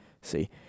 see